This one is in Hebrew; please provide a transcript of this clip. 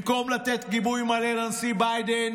במקום לתת גיבוי מלא לנשיא ביידן,